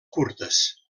curtes